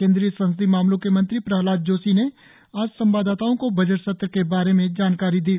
कृंद्रीय संसदीय मामलों के मंत्री प्रहलाद जोशी ने आज संवादादताओ को बजट सत्र के बारे में जानकारी दी